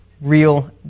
real